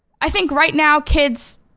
i think right now kids,